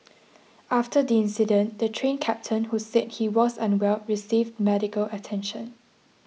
after the incident the Train Captain who said he was unwell received medical attention